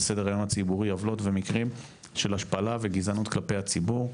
סדר היום הציבורי עוולות ומקרים של השפלה וגזענות כלפי הציבור.